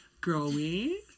growing